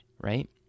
right